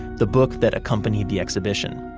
the book that accompanied the exhibition.